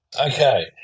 Okay